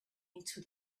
into